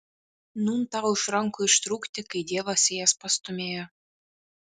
nūn tau iš rankų ištrūkti kai dievas į jas pastūmėjo